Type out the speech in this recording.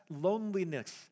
Loneliness